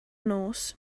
nos